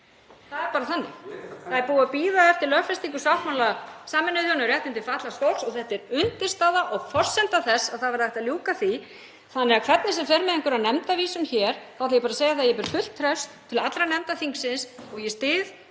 fram í.) Það er búið að bíða eftir lögfestingu sáttmála Sameinuðu þjóðanna um réttindi fatlaðs fólks og þetta er undirstaða og forsenda þess að hægt verði að ljúka því. Þannig að hvernig sem fer með einhverja nefndarvísun hér þá ætla ég bara að segja það að ég ber fullt traust til allra nefnda þingsins og ég styð